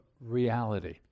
reality